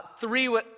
three